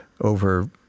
over